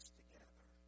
together